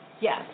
Yes